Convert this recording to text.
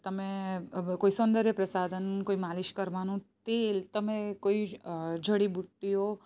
તમે કોઈ સૌંદર્ય પ્રસાધન કોઈ માલીશ કરવાનું તેલ તમે કોઈ જ જડીબુટ્ટીઓ